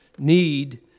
Need